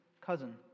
cousin